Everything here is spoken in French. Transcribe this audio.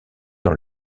dans